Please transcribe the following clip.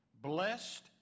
Blessed